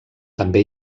també